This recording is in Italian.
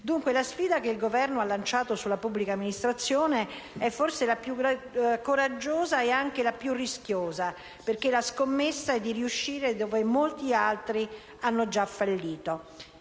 Dunque, la sfida che il Governo ha lanciato sulla pubblica amministrazione è forse la più coraggiosa ed anche la più rischiosa, perché la scommessa è di riuscire dove molti altri hanno fallito.